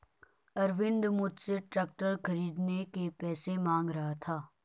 अरविंद मुझसे ट्रैक्टर खरीदने के पैसे मांग रहा था